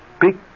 big